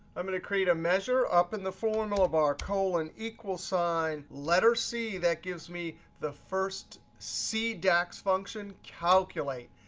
i'm going to create a measure up in the formula bar. colon, equal sign, letter c that gives me the first c dax function, calculate.